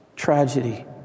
Tragedy